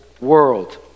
world